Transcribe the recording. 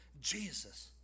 Jesus